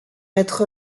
être